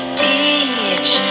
teach